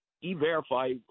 E-Verify